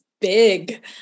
big